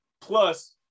plus